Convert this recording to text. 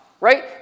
right